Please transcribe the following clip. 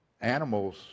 Animals